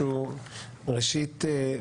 ראשית,